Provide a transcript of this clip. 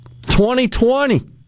2020